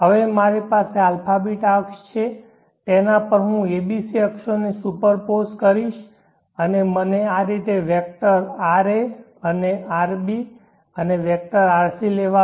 હવે મારી પાસે α β અક્ષ છે તેના પર હું abc અક્ષોને સુપરપોઝ કરીશ અને મને આ રીતે વેક્ટર ra વેક્ટર rb અને rc લેવા દો